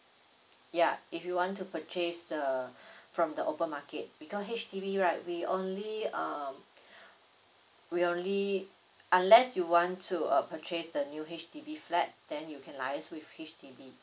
ya if you want to purchase the from the open market because H_D_B right we only uh we only unless you want to uh purchase the new H_D_B flat then you can liaise with H_D_B